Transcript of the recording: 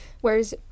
Whereas